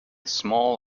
small